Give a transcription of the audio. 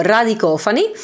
Radicofani